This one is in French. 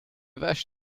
vaches